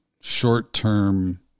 short-term